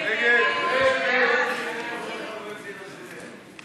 ההסתייגות של חבר הכנסת יחיאל חיליק בר לסעיף 15 לא נתקבלה.